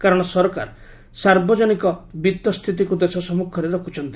କାରଣ ସରକାର ସାର୍ବଚନିକ ବିଉ ସ୍ଥିତିକୁ ଦେଶ ସମ୍ମୁଖରେ ରଖୁଛନ୍ତି